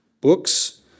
books